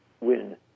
win